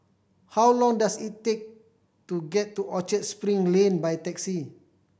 how long does it take to get to Orchard Spring Lane by taxi